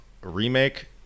remake